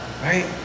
right